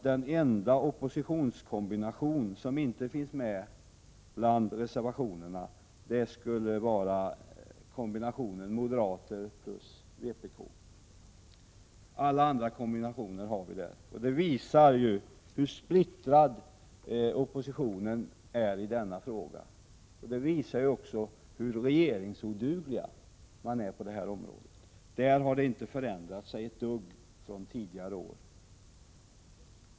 Den enda oppositionskombination som inte finns med bland reservationerna är kombinationen moderater—-vpk. Alla andra kombinationer förekommer. Det visar ju hur splittrad och regeringsoduglig oppositionen är i denna fråga. I det fallet har ingenting förändrats sedan tidigare år.